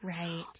Right